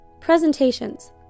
Presentations